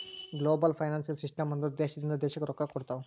global financial system ಅಂದುರ್ ದೇಶದಿಂದ್ ದೇಶಕ್ಕ್ ರೊಕ್ಕಾ ಕೊಡ್ತಾವ್